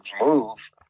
move